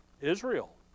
Israel